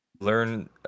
learn